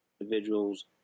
individuals